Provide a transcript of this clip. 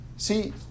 See